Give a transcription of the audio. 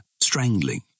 strangling